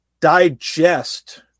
digest